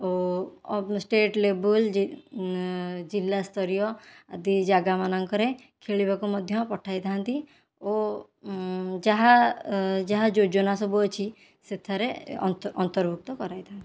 ଓ state ଲେବଲ୍ ଜିଲ୍ଲା ସ୍ଥରୀୟ ଆଦି ଜାଗାମାନଙ୍କରେ ଖେଳିବାକୁ ମଧ୍ୟ ପଠାଇଥାନ୍ତି ଓ ଯାହା ଯାହା ଯୋଜନା ସବୁ ଅଛି ସେଥିରେ ଅନ୍ତ ଅନ୍ତର୍ଭୁକ୍ତ କରାଇଥାନ୍ତି